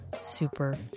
super